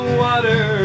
water